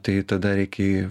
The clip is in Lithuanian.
tai tada reikia į